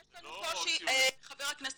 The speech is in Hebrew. זה לא --- חבר הכנסת